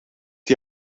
die